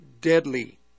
deadly